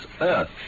earth